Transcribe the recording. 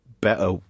better